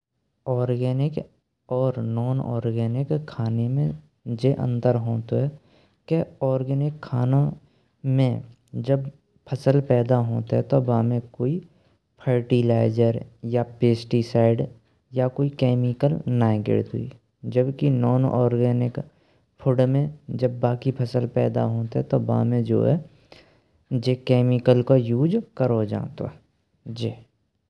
ऑर्गैनिक और non organic खाने में जे अंतर होतयो, के ऑर्गैनिक खाने में जब फसल पैदा होतेय। तो बाएँ कोई फर्टिलाइज़र या पेस्टिसाइड या कोई केमिकल नहीं गिरतेय, जबकि नॉन ऑर्गैनिक फूड में जब बाकी फसल पैदा होतेय, तो बाएँ जो है जे केमिकल का उपयोग करों जंतू है जी।